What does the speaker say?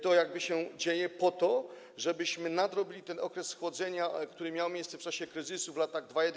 To się dzieje po to, żebyśmy nadrobili ten okres schłodzenia, który miał miejsce w czasie kryzysu w latach 2011–2015.